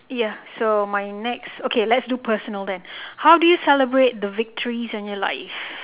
ya so my next okay let's do personal then how do you celebrate the victories in your life